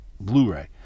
Blu-ray